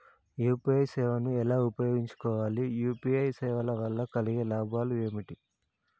UPI సేవను ఎలా ఉపయోగించు కోవాలి? యూ.పీ.ఐ సేవల వల్ల కలిగే లాభాలు ఏమిటి?